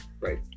Right